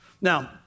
Now